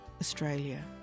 Australia